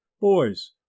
boys